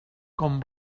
com